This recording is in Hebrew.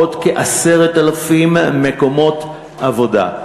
עוד כ-10,000 מקומות עבודה?